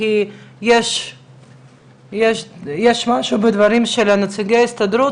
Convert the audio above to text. כי יש משהו בדברים של נציגי ההסתדרות,